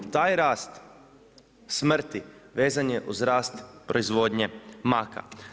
Taj rast smrti vezan je uz rast proizvodnje maka.